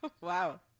Wow